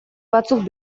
batzuk